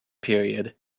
period